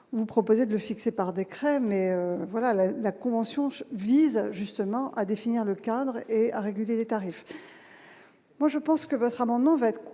vous proposait de fixer par décret, mais voilà la la convention vise justement à définir le cadre et à réguler les tarifs, moi je pense que votre amendement va être